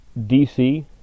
DC